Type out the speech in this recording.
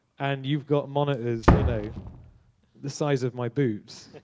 and you've got monitors you know the size of my boobs,